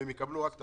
והם יקבלו רק את